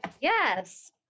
Yes